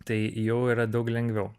tai jau yra daug lengviau